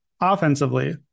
Offensively